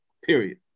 Period